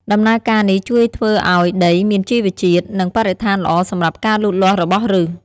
ដំណើរការនេះជួយធ្វើឱ្យដីមានជីវជាតិ និងបរិស្ថានល្អសម្រាប់ការលូតលាស់របស់ឬស។